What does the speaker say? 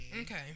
Okay